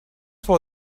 for